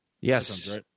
Yes